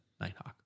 Nighthawk